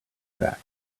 fact